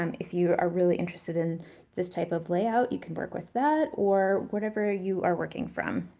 um if you are really interested in this type of layout, you can work with that or whatever you are working from.